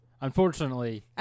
Unfortunately